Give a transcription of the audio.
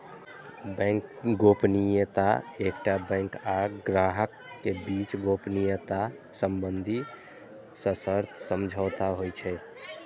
bank गोपनीयता एकटा bank आ ग्राहक के बीच गोपनीयता संबंधी सशर्त समझौता होइ छै